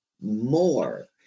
more